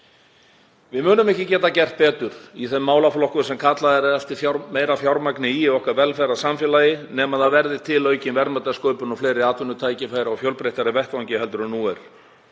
Við munum ekki geta gert betur í þeim málaflokkum sem kallað er eftir meira fjármagni í í velferðarsamfélagi okkar nema til verði aukin verðmætasköpun og fleiri atvinnutækifæri á fjölbreyttari vettvangi en nú er.